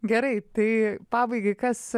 gerai tai pabaigai kas